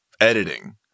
editing